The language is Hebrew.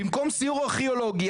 במקום סיור ארכיאולוגי,